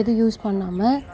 எதுவும் யூஸ் பண்ணாமல்